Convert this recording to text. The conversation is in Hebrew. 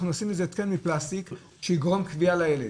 אנחנו עשינו התקן מפלסטיק שיגרום כוויה לילד,